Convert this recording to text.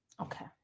Okay